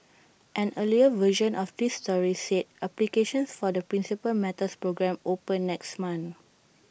an earlier version of this story said applications for the Principal Matters programme open next month